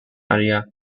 area